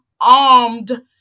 armed